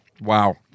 Wow